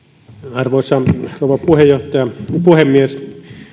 arvoisa rouva puhemies